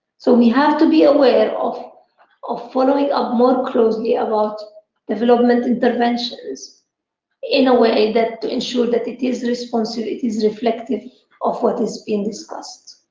so we have to be aware of of following up more closely, about development interventions in a way that ensures that it is responsive, it is reflective of what is being discussed.